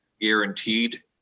guaranteed